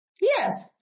Yes